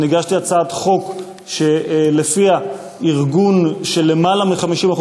אני הגשתי הצעת חוק שלפיה ארגון שיותר מ-50%,